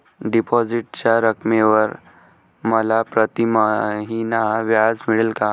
डिपॉझिटच्या रकमेवर मला प्रतिमहिना व्याज मिळेल का?